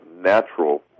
natural